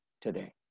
today